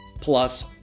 Plus